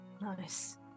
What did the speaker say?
Nice